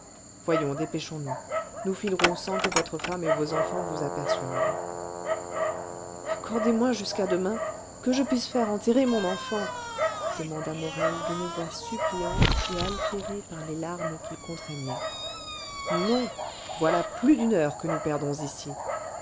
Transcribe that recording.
voyons dépêchons-nous nous filerons sans que votre femme et vos enfants vous aperçoivent accordez-moi jusqu'à demain que je puisse faire enterrer mon enfant demanda morel d'une voix suppliante et altérée par les larmes qu'il contraignait non voilà plus d'une heure que nous perdons ici